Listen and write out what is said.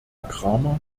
cramer